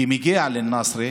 כי מגיע לנצרת.